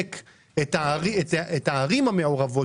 לחזק את הערים המעורבות,